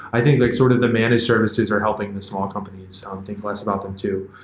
i think like sort of the managed services are helping the small companies um think less about them too.